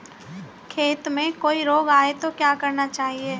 खेत में कोई रोग आये तो क्या करना चाहिए?